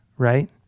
right